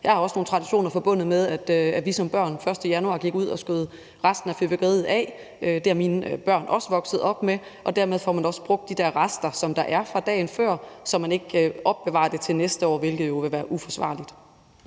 jeg også har nogle traditioner forbundet med, at vi som børn den 1. januar gik ud og skød resten af fyrværkeriet af, og det er mine børn også vokset op med. Dermed får man også brugt de rester, der er fra dagen før, så man ikke opbevarer dem til næste år, hvilket jo ville være uforsvarligt.